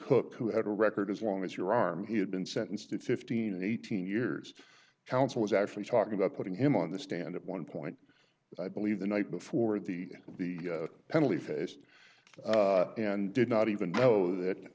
cooke who had a record as long as your arm he had been sentenced to fifteen and eighteen years counsel was actually talking about putting him on the stand at one point i believe the night before at the end of the penalty phase and did not even know that